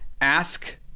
ask